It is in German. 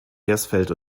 hersfeld